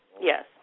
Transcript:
Yes